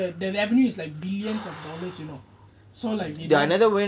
it's their revenue is like billions of dollars you know so like they don't